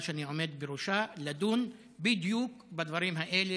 שאני עומד בראשה לדון בדיוק בדברים האלה,